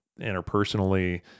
interpersonally